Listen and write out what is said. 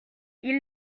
ils